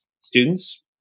students